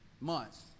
months